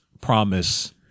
promise